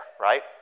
right